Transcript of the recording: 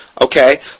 Okay